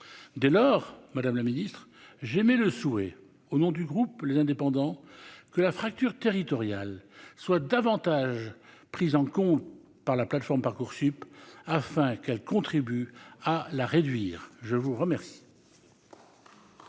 dès lors, Madame la Ministre, j'émets le souhait au nom du groupe, les indépendants que la fracture territoriale soit davantage prise en compte par la plateforme Parcoursup afin qu'elles contribuent à la réduire, je vous remercie.